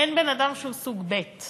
אין בן-אדם שהוא סוג ב';